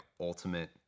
ultimate